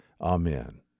Amen